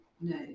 no